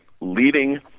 leading